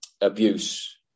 abuse